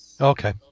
Okay